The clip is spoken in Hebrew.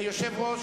יושב-ראש